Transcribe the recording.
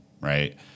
Right